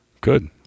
good